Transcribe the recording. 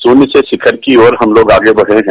शून्य से शिखर की ओर हम लोग आगे बढ़े हैं